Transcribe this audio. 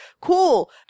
cool